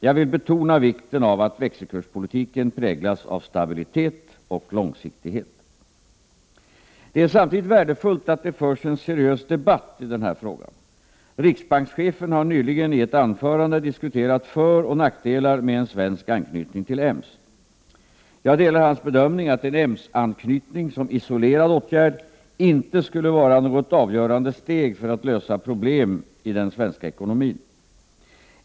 Jag vill betona vikten av att växelkurspolitiken präglas av stabilitet och långsiktighet. Det är samtidigt värdefullt att det förs en seriös debatt i denna fråga. Riksbankschefen har nyligen i ett anförande diskuterat föroch nackdelar med en svensk anknytning till EMS. Jag delar hans bedömning att en EMS-anknytning som isolerad åtgärd inte skulle vara något avgörande steg för att lösa problemen i den svenska ekonomin.